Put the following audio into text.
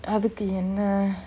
அதுக்கு என்ன:athukku enna